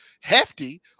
hefty